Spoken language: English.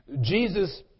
Jesus